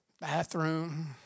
Bathroom